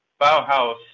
Bauhaus